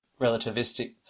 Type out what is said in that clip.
relativistic